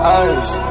eyes